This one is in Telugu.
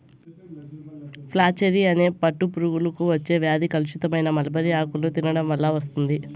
ఫ్లాచెరీ అనే పట్టు పురుగులకు వచ్చే వ్యాధి కలుషితమైన మల్బరీ ఆకులను తినడం వల్ల వస్తుంది